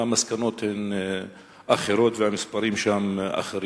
והמסקנות הן אחרות והמספרים שם אחרים.